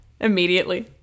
immediately